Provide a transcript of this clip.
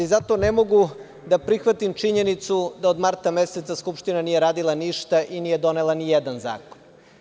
Zato ne mogu da prihvatim činjenicu da od marta meseca Skupština nije radila ništa i nije donela nijedan zakon.